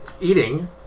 Eating